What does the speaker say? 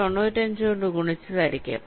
95 കൊണ്ട് ഗുണിച്ചതായിരിക്കാം